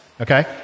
okay